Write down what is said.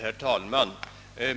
Herr talman!